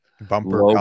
bumper